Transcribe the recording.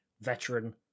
veteran